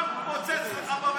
מה התפוצץ לך,